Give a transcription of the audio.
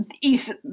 east